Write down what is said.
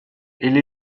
elle